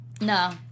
No